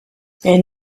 and